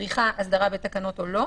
מצריכה הסדרה בתקנות או לא,